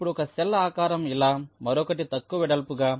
ఇప్పుడు ఒక సెల్ ఆకారం ఇలా మరొకటి తక్కువ వెడల్పుగా